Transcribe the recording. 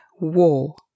war